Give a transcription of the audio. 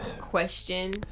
question